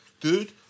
Dude